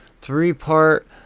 Three-part